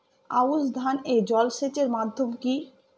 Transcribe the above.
আউশ ধান এ জলসেচের মাধ্যম কি?